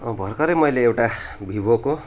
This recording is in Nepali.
भर्खरै मैले एउटा भिबोको